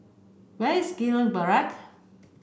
where is Gillman Barrack